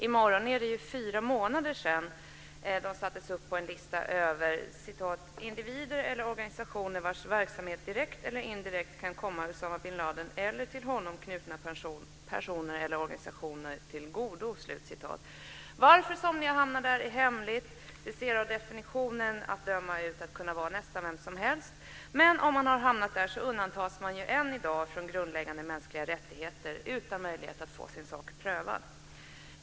I morgon är det fyra månader sedan de sattes upp på en lista över individer eller organisationer vars verksamhet direkt eller indirekt kan komma Usama bin Ladin eller till honom knutna personer eller organisationer till godo. Varför somliga hamnat där är hemligt. Det ser av definitionen att döma ut att kunna vara nästan vem som helst. Om man har hamnat där undantas man än i dag från grundläggande mänskliga rättigheter utan möjlighet att få sin sak prövad.